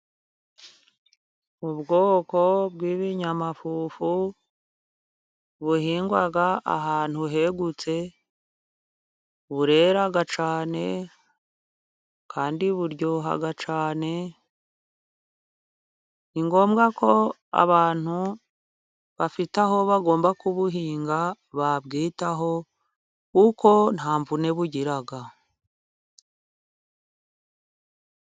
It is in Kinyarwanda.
Ubwoko bw'ibinyamafufu， buhingwa ahantu hegutse， burera cyane， kandi buryoha cyane. Ni ngombwa ko abantu bafite aho bagomba kubuhinga， babwitaho kuko nta mvune bugira.